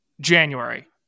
January